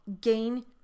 gain